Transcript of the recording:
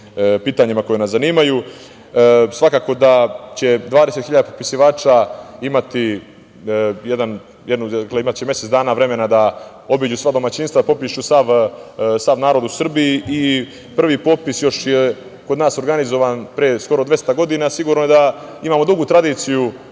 pitanjima koja nas zanimaju. Svakako da će 20 hiljada popisivača imati mesec dana vremena da obiđu sva domaćinstva, popišu sav narod u Srbiji i prvi popis je kod nas organizovan pre skoro 200 godina. Sigurno je da imamo dugu tradiciju